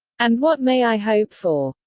and what may i hope for?